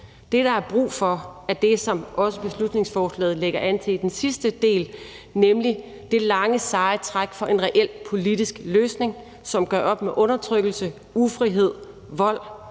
Det, der er brug for, er det, som også beslutningsforslaget lægger an til i den sidste del, nemlig det lange seje træk for en reel politisk løsning, som gør op med undertrykkelse, ufrihed, vold,